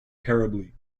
terribly